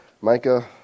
Micah